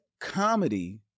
comedy